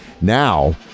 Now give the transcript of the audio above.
now